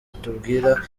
itubwira